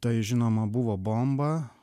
tai žinoma buvo bomba